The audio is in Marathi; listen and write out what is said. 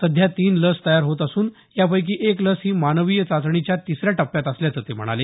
सध्या तीन लस तयार होत असून यापैकी एक लस ही मानवीय चाचणीच्या तिसऱ्या टप्प्यात असल्याचं ते म्हणाले